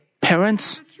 parents